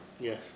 Yes